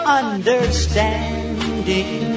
understanding